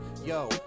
Yo